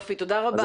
תודה רבה.